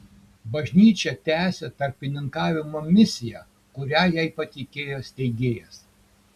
bažnyčia tęsia tarpininkavimo misiją kurią jai patikėjo steigėjas